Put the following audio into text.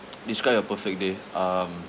describe your perfect day um